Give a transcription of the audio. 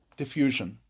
diffusion